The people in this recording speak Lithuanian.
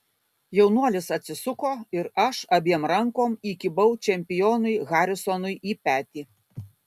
jaunuolis atsisuko ir aš abiem rankom įkibau čempionui harisonui į petį